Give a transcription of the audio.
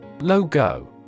Logo